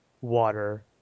water